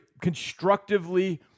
constructively